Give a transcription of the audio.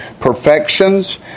Perfections